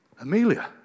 Amelia